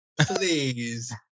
please